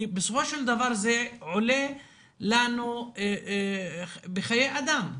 בסופו של דבר זה עולה לנו בחיי אדם.